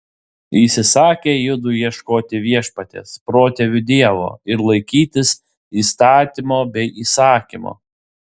jis įsakė judui ieškoti viešpaties protėvių dievo ir laikytis įstatymo bei įsakymo